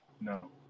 No